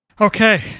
Okay